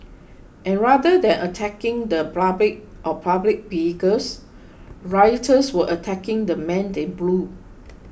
and rather than attacking the public or public vehicles rioters were attacking the men in blue